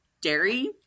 dairy